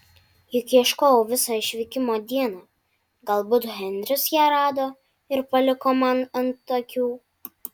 juk ieškojau visą išvykimo dieną galbūt henris ją rado ir paliko man ant akių